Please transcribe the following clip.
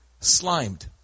slimed